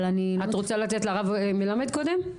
אבל --- את רוצה לתת לרב מלמד קודם?